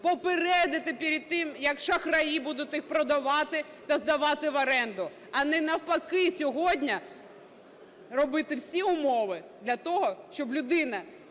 попередити перед тим, як шахраї будуть їх продавати та здавати в оренду, а не навпаки сьогодні робити всі умови для того, щоб людина